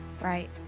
Right